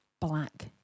black